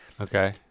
Okay